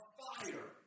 fire